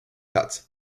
platz